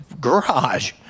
garage